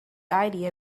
idea